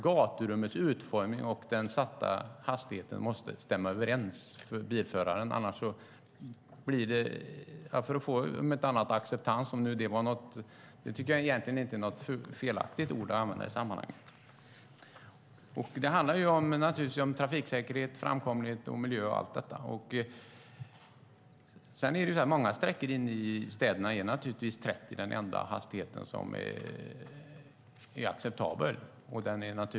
Gaturummets utformning och den satta hastigheten måste stämma överens för bilföraren för att man ska få acceptans - jag tycker inte att det är ett felaktigt ord i sammanhanget. Det handlar om trafiksäkerhet, framkomlighet, miljö och allt detta. På många sträckor inne i städerna är naturligtvis 30 den enda hastighet som är acceptabel.